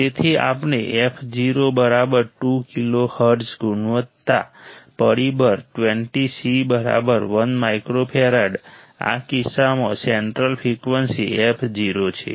તેથી આપણે fo2 kilohertz ગુણવત્તા પરિબળ 20 c બરાબર 1 માઇક્રોફેરાડ આ કિસ્સામાં સેન્ટ્રલ ફ્રિકવન્સી fo છે